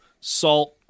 salt